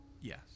Yes